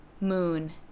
Moon